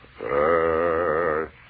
Earth